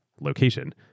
location